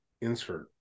insert